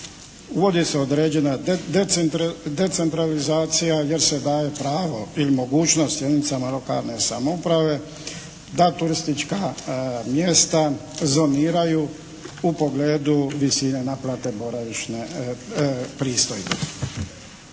uvodi se određena decentralizacija jer se daje pravo ili mogućnost jedinicama lokalne samouprave da turistička mjesta zoniraju u pogledu visine naplate boravišne pristojbe.